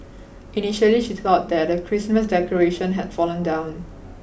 initially she thought that a Christmas decoration had fallen down